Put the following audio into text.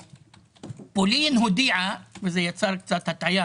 זה נכון.